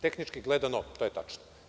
Tehnički gledano, to je tačno.